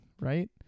right